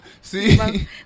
See